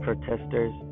protesters